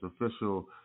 official